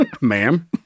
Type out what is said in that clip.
Ma'am